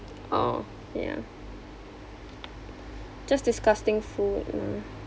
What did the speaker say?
oh ya just disgusting food ya